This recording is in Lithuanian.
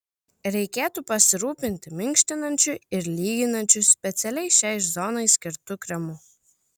reikėtų pasirūpinti minkštinančiu ir lyginančiu specialiai šiai zonai skirtu kremu